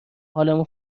حالمون